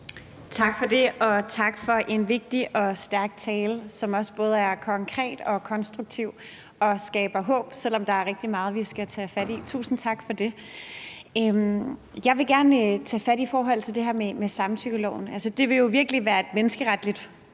Tak for det. Og tak for en vigtig og stærk tale, som også er konkret og konstruktiv og skaber håb, selv om der er rigtig meget, vi skal tage fat i. Tusind tak for det. Jeg vil gerne tage fat i det her med samtykkeloven. Altså, det vil jo virkelig være et menneskeretligt fremskridt.